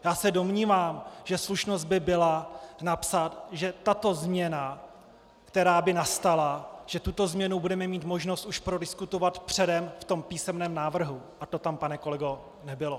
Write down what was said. Já se domnívám, že slušnost by byla napsat, že tato změna, která by nastala, že tuto změnu bude mít možnost už prodiskutovat předem v tom písemném návrhu, a to tam, pane kolego, nebylo!